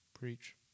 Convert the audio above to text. Preach